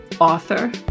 author